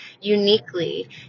uniquely